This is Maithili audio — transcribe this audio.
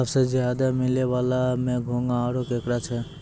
सबसें ज्यादे मिलै वला में घोंघा आरो केकड़ा छै